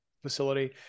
facility